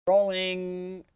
rolling.